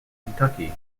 kentucky